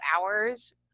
hours